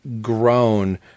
grown